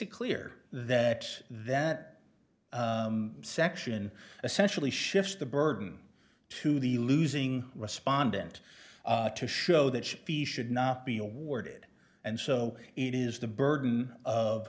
it clear that that section essentially shifts the burden to the losing respondent to show that she should not be awarded and so it is the burden of